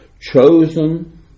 Chosen